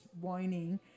whining